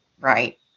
right